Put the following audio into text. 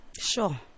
Sure